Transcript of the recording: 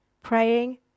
praying